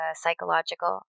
psychological